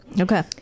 Okay